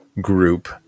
group